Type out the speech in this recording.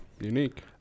unique